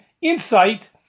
insight